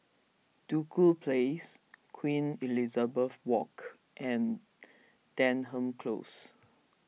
Duku Place Queen Elizabeth Walk and Denham Close